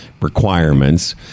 requirements